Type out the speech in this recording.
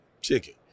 chicken